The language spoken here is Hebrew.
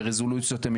ובוועדה שאתה